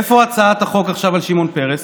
איפה הצעת החוק עכשיו על שמעון פרס?